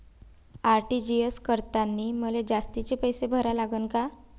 RTGS करतांनी मले जास्तीचे पैसे भरा लागन का?